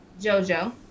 Jojo